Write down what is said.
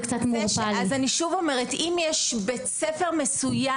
זה קצת מעורפל.) אני שוב אומרת: אם יש בית ספר מסוים